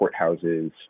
courthouses